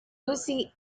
lucy